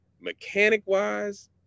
mechanic-wise